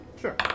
Sure